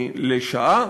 לשעה.